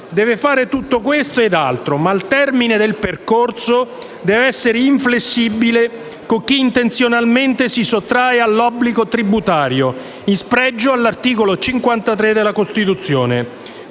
Deve fare tutto questo ed altro, ma al termine del percorso deve essere inflessibile con chi intenzionalmente si sottrae all'obbligo tributario in spregio dell'articolo 53 della Costituzione.